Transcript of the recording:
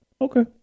Okay